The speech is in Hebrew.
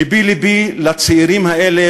לבי-לבי לצעירים האלה,